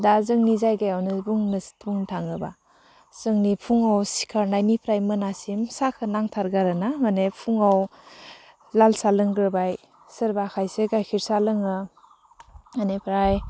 दा जोंनि जायगायावनो बुंनो बुंनो थाङोबा जोंनि फुङाव सिखारनायनिफ्राय मोनासिम साहाखौ नांथारगौ आरोना मानि फुङाव लाला साहा लोंग्रोबाय सोरबा खायसे गायखेर साहा लोङो बिनिफ्राय